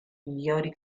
migliori